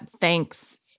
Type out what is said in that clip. thanks